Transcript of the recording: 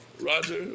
Roger